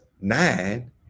nine